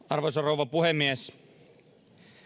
arvoisa rouva puhemies